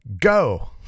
go